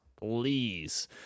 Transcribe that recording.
please